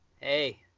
Hey